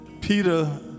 Peter